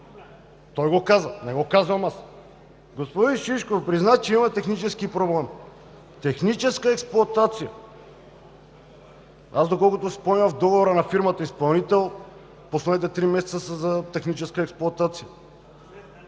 Той го каза, не го казвам аз. Господин Шишков призна, че има технически проблем. Техническа експлоатация. Доколкото си спомням, в договора на фирмата изпълнител последните три месеца са за техническа експлоатация